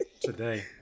Today